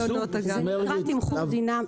רון, רצית להגיד מילה.